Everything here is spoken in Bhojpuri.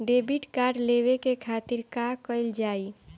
डेबिट कार्ड लेवे के खातिर का कइल जाइ?